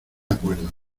acuerdo